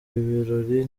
birori